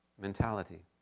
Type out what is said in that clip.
mentality